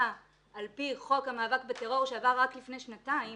על פי חוק המאבק בטרור שעבר רק לפני שנתיים,